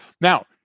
Now